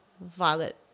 Violet